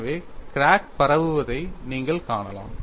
எனவே கிராக் பரப்புவதை நீங்கள் காணலாம்